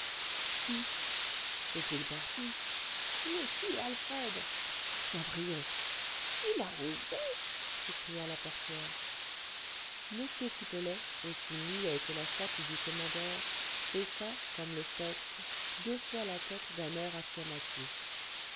est-il parti mais qui alfred cabrion il a osé s'écria la portière m pipelet aussi muet que la statue du commandeur baissa comme le spectre deux fois la tête d'un air affirmatif